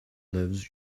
lives